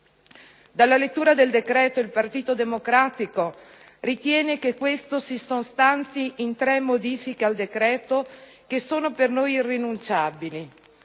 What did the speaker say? Dalla lettura del decreto il Partito Democratico ritiene che questo si sostanzi in tre modifiche al testo che sono per noi irrinunciabili.